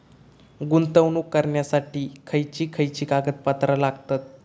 गुंतवणूक करण्यासाठी खयची खयची कागदपत्रा लागतात?